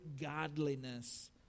godliness